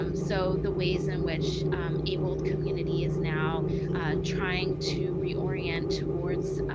um so the ways in which abled community is now trying to reorient towards